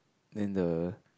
then the